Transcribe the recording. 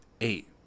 Eight